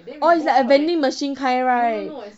oh it's like a vending machine kind right